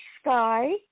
sky